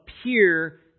appear